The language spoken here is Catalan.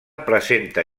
presenta